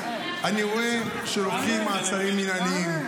אני רואה שלוקחים מעצרים מינהליים,